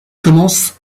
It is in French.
commence